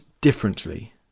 differently